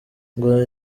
ngo